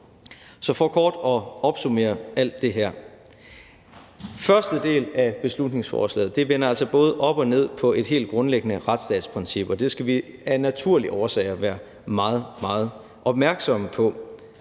første del af beslutningsforslaget vender altså både op og ned på et helt grundlæggende retsstatsprincip, og det skal vi af naturlige årsager være meget, meget opmærksomme på,